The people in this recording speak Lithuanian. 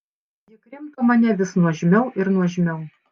ji krimto mane vis nuožmiau ir nuožmiau